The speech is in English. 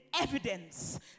evidence